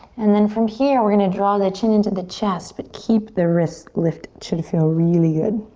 and then from here, we're gonna draw the chin into the chest, but keep the wrist lifted. should feel really good.